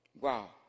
wow